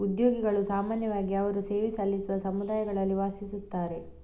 ಉದ್ಯೋಗಿಗಳು ಸಾಮಾನ್ಯವಾಗಿ ಅವರು ಸೇವೆ ಸಲ್ಲಿಸುವ ಸಮುದಾಯಗಳಲ್ಲಿ ವಾಸಿಸುತ್ತಾರೆ